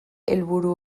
helburu